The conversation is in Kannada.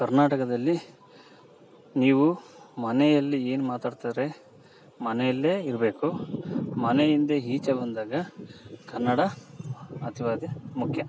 ಕರ್ನಾಟಕದಲ್ಲಿ ನೀವು ಮನೆಯಲ್ಲಿ ಏನು ಮಾತಾಡ್ತಾರೆ ಮನೆಯಲ್ಲೇ ಇರಬೇಕು ಮನೆಯಿಂದೆ ಈಚೆ ಬಂದಾಗ ಕನ್ನಡ ಅತಿವಾಗೆ ಮುಖ್ಯ